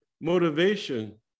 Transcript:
motivation